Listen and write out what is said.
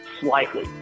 slightly